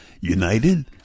united